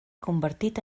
convertit